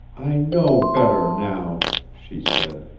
i know better now, she said.